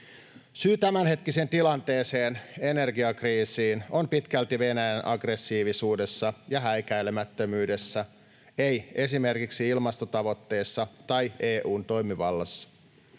Syy tämänhetkiseen tilanteeseen, energiakriisiin on pitkälti Venäjän aggressiivisuudessa ja häikäilemättömyydessä — ei esimerkiksi ilmastotavoitteessa tai EU:n toimivallassa.